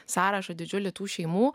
sąrašą didžiulį tų šeimų